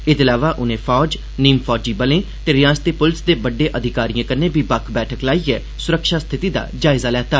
एहदे इलावा उनें फौज नीम फौजी बलें ते रियासती पूलस दे बड्डे अधिकारियें कन्नै बी बक्ख बैठक लाइयै सुरक्षा स्थिति दा जायज़ा लैता